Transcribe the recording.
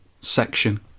section